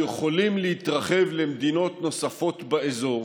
יכולים להתרחב למדינות נוספות באזור,